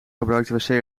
gebruikten